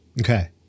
Okay